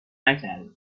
نکردم